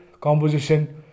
composition